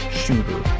shooter